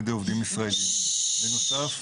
בנוסף,